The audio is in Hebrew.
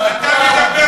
איתן,